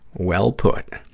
well put.